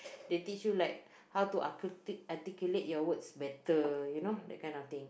they teach you like how to articulate articulate your words better you know that kind of thing